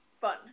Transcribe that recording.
fun